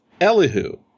Elihu